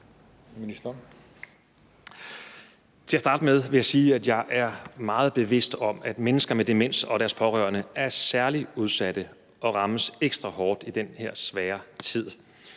Til at starte med vil jeg sige, at jeg er meget bevidst om, at mennesker med demens og deres pårørende er særlig udsatte og rammes ekstra hårdt i den her svære tid.